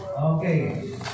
Okay